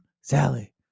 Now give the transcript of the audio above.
Sally